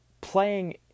playing